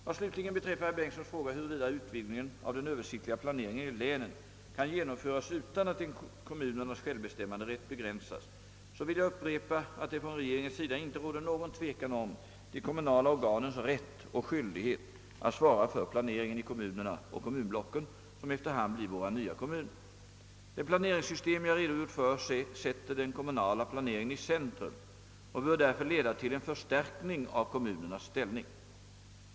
Vad slutligen beträffar herr Bengtsons fråga, huruvida utvidgningen av den översiktliga planeringen i länen kan genomföras utan att kommunernas självbestämmanderätt begränsas så vill jag upprepa, att det från regeringens sida inte råder någon tvekan om de kommunala organens rätt och skyldighet att svara för planeringen i kommuner na och kommunblocken, som efter hand blir våra nya kommuner. Det planeringssystem jag redogjort för sätter den kommunala planeringen i centrum och bör därför leda till en förstärkning av kommunernas ställning.